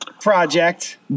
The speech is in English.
project